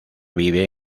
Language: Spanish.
vive